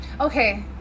Okay